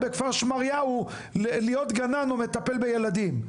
בכפר שמריהו כי הוא בדרך להיות גנן או מטפל בילדים.